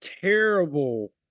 terrible